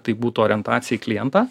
tai būtų orientacija į klientą